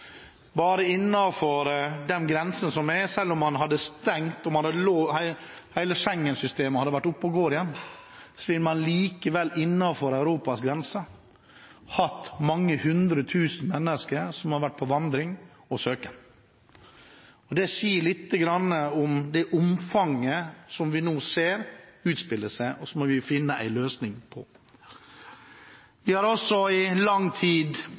Selv om hele Schengen-systemet hadde vært oppe og gått igjen, ville man likevel innenfor Europas grenser hatt mange hundre tusen mennesker som hadde vært på vandring og på søken. Det sier litt om omfanget av det som vi nå ser utspille seg, og som vi må finne en løsning på. Vi har i lang tid